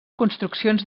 construccions